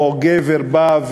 או גבר בא,